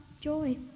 joy